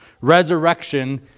Resurrection